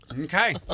Okay